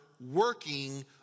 working